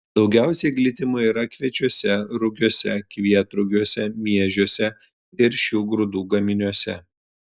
daugiausiai glitimo yra kviečiuose rugiuose kvietrugiuose miežiuose ir šių grūdų gaminiuose